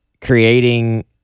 creating